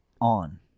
on